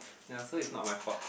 ya so it's not my fault